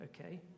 okay